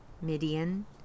Midian